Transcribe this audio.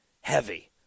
heavy